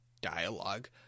dialogue